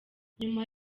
nyuma